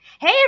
Hey